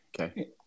Okay